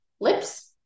lips